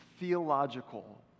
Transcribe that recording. theological